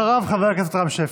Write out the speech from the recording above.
אחריו חבר הכנסת רם שפע.